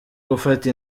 gufata